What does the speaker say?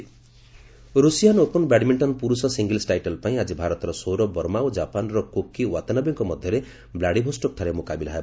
badminton Russian open badminton ପୁରୁଷ singles title ପାଇଁ ଆକି ଭାରତର ସୌରଭ ବର୍ମା ଓ ଜାପାନର କୋକି ୱାତନବେଙ୍କ ମଧ୍ୟରେ ବ୍ଲାଡିଭୋଷ୍ଟକ୍ଠାରେ ମୁକାବିଲା ହେବ